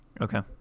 Okay